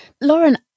Lauren